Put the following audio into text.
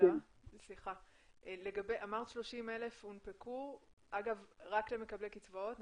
אמרת שהונפקו 30,000. רק למקבלי קצבאות?